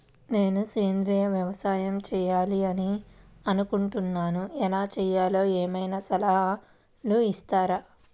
నేను సేంద్రియ వ్యవసాయం చేయాలి అని అనుకుంటున్నాను, ఎలా చేయాలో ఏమయినా సలహాలు ఇస్తారా?